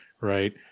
right